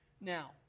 Now